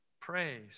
praise